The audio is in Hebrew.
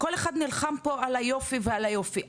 כל אחד נלחם פה על היופי ועל היופי,